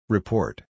Report